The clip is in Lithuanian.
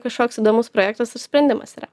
kažkoks įdomus projektas sprendimas yra